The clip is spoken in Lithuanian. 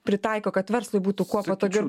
pritaiko kad verslui būtų kuo patogiau